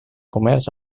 comerç